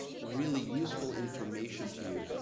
really useful information to you,